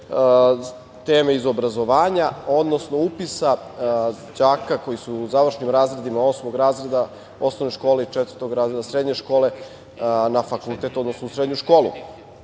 teme iz obrazovanja, odnosno upisa đaka koji su u završim razredima osmog razreda osnovne škole i četvrtog razreda srednje škole na fakultet, odnosno u srednju školu. Naime,